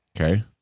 Okay